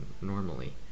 normally